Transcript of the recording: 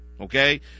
Okay